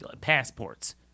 passports